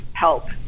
help